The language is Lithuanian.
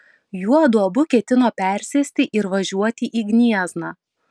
juodu abu ketino persėsti ir važiuoti į gniezną